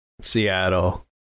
Seattle